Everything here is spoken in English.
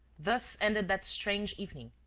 thus ended that strange evening,